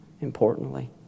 importantly